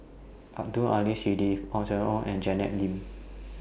Abdul Aleem Siddique Ong Siang Ong and Janet Lim